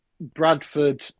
Bradford